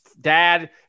dad